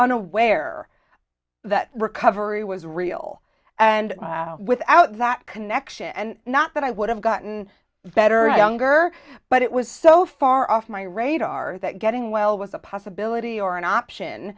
unaware that recovery was real and without that connection and not that i would have gotten better younger but it was so far off my radar that getting well was a possibility or an option